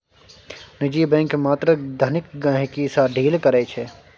निजी बैंक मात्र धनिक गहिंकी सँ डील करै छै